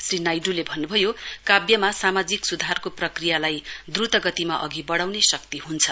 श्री नाइडूले भन्नुभयो काब्यमा सामाजिक सुधारको प्रक्रियालाई द्रुत गतिमा अघि वढ़ाउने शक्ति हुन्छ